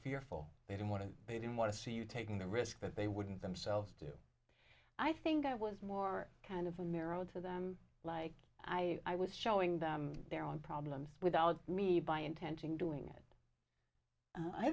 fearful they didn't want to pay didn't want to see you taking the risk that they wouldn't themselves do i think i was more kind of a mirror owed to them like i i was showing them their own problems without me by intention doing it